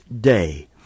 day